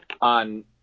on